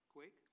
Quick